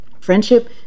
friendship